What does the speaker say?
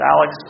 Alex